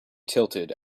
tilted